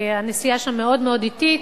הנסיעה שם מאוד מאוד אטית.